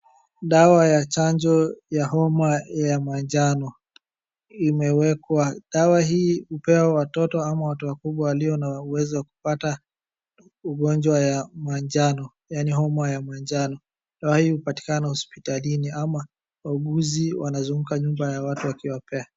Dawa ya chanjo ya homa ya manjano imewekwa. Dawa hii hupewa watoto ama watu wakubwa waliona uwezo wa kupata ugonjwa ya manjano yaani homa ya manjano. Dawa hii hupatikana hospitalini ama wauguzi wanazunguka nyumba ya watu wakiwapea.